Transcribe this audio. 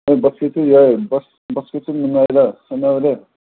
ꯍꯣꯏ ꯕꯥꯁꯀꯦꯠꯁꯨ ꯌꯥꯏ ꯕꯥꯁꯀꯦꯠꯁꯨ ꯅꯨꯡꯉꯥꯏꯅ ꯁꯥꯟꯅꯕꯗꯤ